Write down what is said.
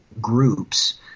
groups